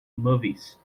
movies